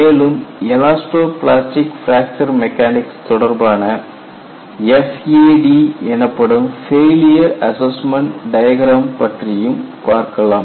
மேலும் elasto plastic fracture mechanics தொடர்பான FAD எனப்படும் ஃபெயிலியர் அசஸ்மெண்ட் டயக்ராம் பற்றியும் பார்க்கலாம்